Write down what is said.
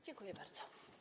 Dziękuję bardzo.